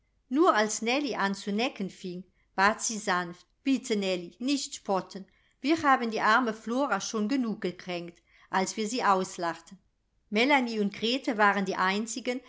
nur als nellie an zu necken fing bat sie sanft bitte nellie nicht spotten wir haben die arme flora schon genug gekränkt als wir sie auslachten melanie und grete waren die einzigen